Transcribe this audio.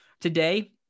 today